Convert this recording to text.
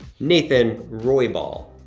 nathan roybal,